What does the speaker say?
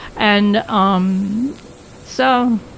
and, um so,